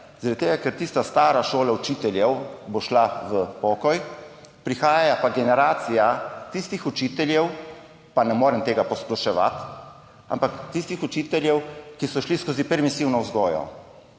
Zaradi tega, ker tista stara šola učiteljev bo šla v pokoj, prihaja pa generacija tistih učiteljev, pa ne morem tega posploševati, ampak tistih učiteljev, ki so šli skozi permisivno vzgojo.